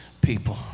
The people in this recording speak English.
people